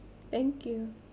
thank you